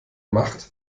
macht